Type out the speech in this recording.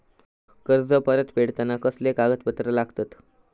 कर्ज परत फेडताना कसले कागदपत्र लागतत?